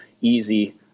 easy